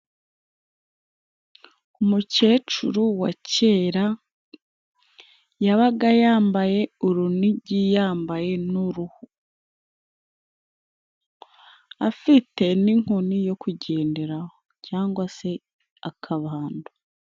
Umukecuru wa kera yabaga yambaye urunigi, yambaye n'uruhu. Afite n'inkoni yo kugenderaho, cyangwa se akabando.